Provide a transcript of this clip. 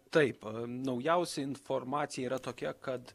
taip naujausia informacija yra tokia kad